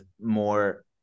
more